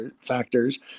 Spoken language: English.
factors